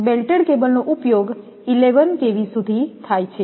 belted કેબલનો ઉપયોગ 11kV સુધી થાય છે